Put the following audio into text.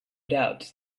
doubt